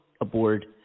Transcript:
aboard